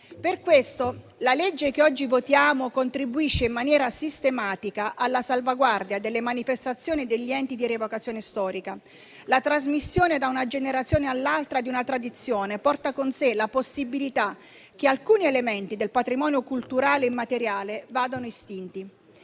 Per questo, la legge che oggi votiamo contribuisce in maniera sistematica alla salvaguardia delle manifestazioni e degli enti di rievocazione storica. La trasmissione da una generazione all'altra di una tradizione porta con sé la possibilità che alcuni elementi del patrimonio culturale immateriale vadano estinti.